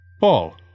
Paul